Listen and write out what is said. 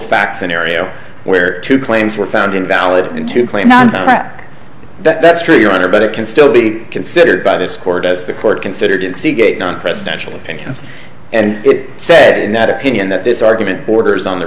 fact scenario where two claims were found invalid and to claim that that's true your honor but it can still be considered by this court as the court considered seagate non presidential opinions and said in that opinion that this argument borders on the